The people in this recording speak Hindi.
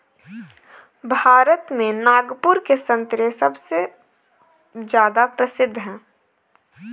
भारत में नागपुर के संतरे सबसे ज्यादा प्रसिद्ध हैं